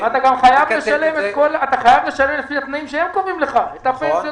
חייב לשלם לפי התנאים שהם קובעים לך את הפנסיות